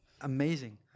amazing